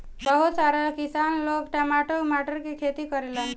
बहुत सारा किसान लोग टमाटर उमाटर के खेती करेलन